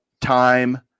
time